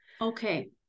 Okay